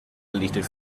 deleted